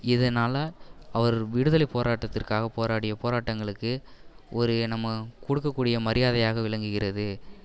இதனால் அவர் விடுதலை போராட்டத்திற்காக போராடிய போராட்டங்களுக்கு ஒரு நம்ம கொடுக்க கூடிய மரியாதையாக விளங்குகிறது